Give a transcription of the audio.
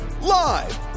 live